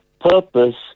purpose